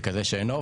לכאלו שלו.